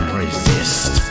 resist